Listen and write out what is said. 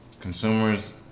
Consumers